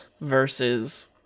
versus